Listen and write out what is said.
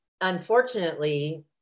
unfortunately